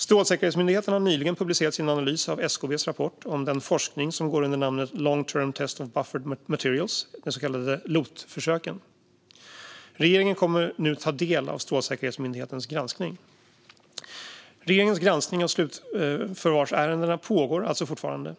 Strålsäkerhetsmyndigheten har nyligen publicerat sin analys av SKB:s rapport om den forskning som går under namnet long-term test of buffer materials, de så kallade LOT-försöken. Regeringen kommer nu att ta del av Strålsäkerhetsmyndighetens granskning. Regeringens granskning av slutförvarsärendena pågår alltså fortfarande.